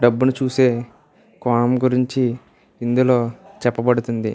డబ్బును చూసే కోణం గురించి ఇందులో చెప్పబడుతుంది